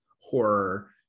horror